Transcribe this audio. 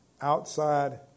outside